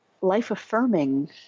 life-affirming